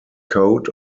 coat